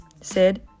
sid